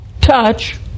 touch